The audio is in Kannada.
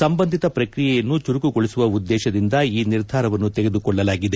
ಸಂಬಂಧಿತ ಪ್ರಕ್ರಿಯೆಯನ್ನು ಚುರುಕುಗೊಳಿಸುವ ಉದ್ದೇಶದಿಂದ ಈ ನಿರ್ಧಾರವನ್ನು ತೆಗೆದುಕೊಳ್ಳಲಾಗಿದೆ